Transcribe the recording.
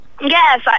Yes